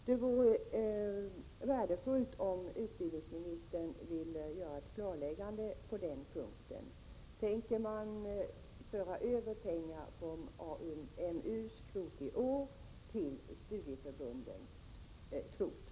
Det vore värdefullt om utbildningsministern ville göra ett klarläggande på den punkten. Tänker man föra över pengar från AMU:s kvot i år till studieförbunden?